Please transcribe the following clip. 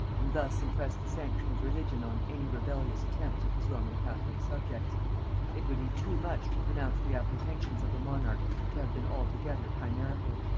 and thus impressed the sanction of religion on any rebellious attempts of his roman-catholic subjects it would be too much to pronounce the apprehensions of the monarch to have been altogether chimerical.